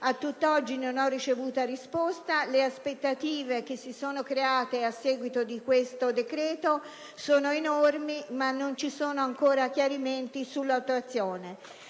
A tutt'oggi non ho ricevuto risposta: le aspettative che si sono create a seguito di questo provvedimento sono enormi, ma non sono ancora stati forniti chiarimenti sull'attuazione.